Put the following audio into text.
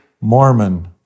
Mormon